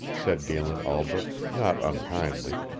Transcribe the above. said galen albret, not unkindly,